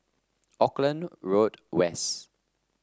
Auckland Road West